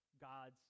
God's